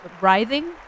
writhing